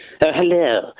hello